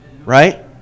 right